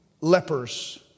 lepers